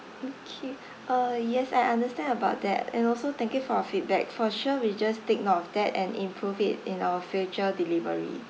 okay uh yes I understand about that and also thank you for your feedback for sure we'll just take note of that and improve it in our future delivery